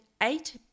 eight